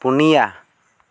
ᱯᱚᱱᱭᱟ